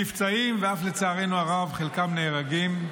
נפצעים ואף, לצערנו הרב, חלקם נהרגים,